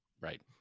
Right